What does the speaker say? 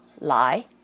lie